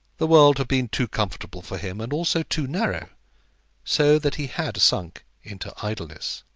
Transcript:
the world had been too comfortable for him, and also too narrow so that he had sunk into idleness.